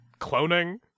cloning